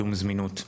קידום זמינות,